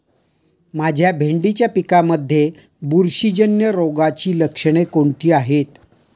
माझ्या भेंडीच्या पिकामध्ये बुरशीजन्य रोगाची लक्षणे कोणती आहेत?